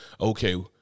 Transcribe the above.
okay